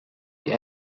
die